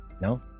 No